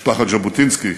משפחת ז'בוטינסקי,